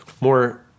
more